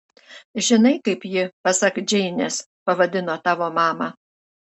žinai kaip ji pasak džeinės pavadino tavo mamą